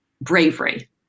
bravery